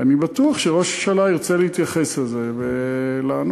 אני בטוח שראש הממשלה ירצה להתייחס לזה ולענות.